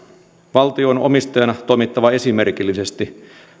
valtion on omistajana toimittava esimerkillisesti